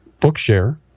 Bookshare